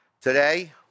today